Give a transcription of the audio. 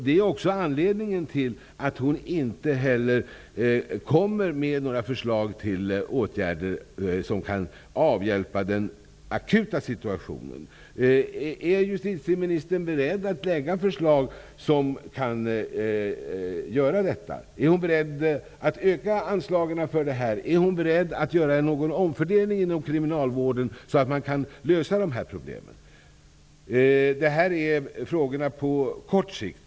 Det är anledningen till att hon inte kommer med några förslag till åtgärder för att avhjälpa bristerna i den akuta situationen. Är justitieministern beredd att lägga fram förslag som innebär att man kan göra det? Är justitieministern beredd att öka på anslagen för det här? Är justitieministern beredd att göra en omfördelning inom kriminalvården så att de här problemen kan lösas? Vad jag här nämnt är frågor på kort sikt.